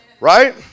Right